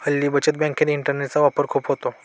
हल्ली बचत बँकेत इंटरनेटचा वापर खूप होतो